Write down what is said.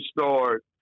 start